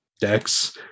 decks